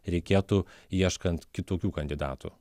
reikėtų ieškant kitokių kandidatų